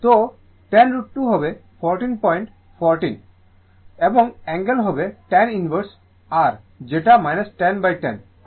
সুতরাং 10 √ 2 হবে 1414 হবে এবং অ্যাঙ্গেল হবে tan ইনভার্স r যেটা হল 1010 কারণ এটি 10 j 10